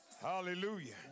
hallelujah